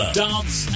dance